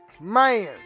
man